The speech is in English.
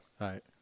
Right